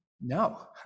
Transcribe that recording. No